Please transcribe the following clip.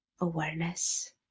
awareness